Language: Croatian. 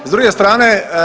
S druge strane